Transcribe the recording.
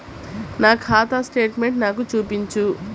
నా ఖాతా స్టేట్మెంట్ను నాకు చూపించు